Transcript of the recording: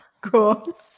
cool